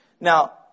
Now